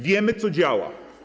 Wiemy, co działa.